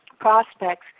prospects